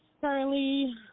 currently